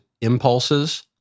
impulses